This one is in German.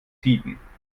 tiden